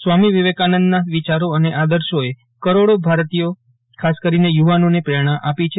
સ્વામી વિવેકાનંદના વિચારો અને આદર્શોએ કરોડો ભારતીયો ખાસ કરીને યુવાનોને પ્રેરજ્ઞા આપી છે